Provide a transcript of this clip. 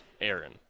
Aaron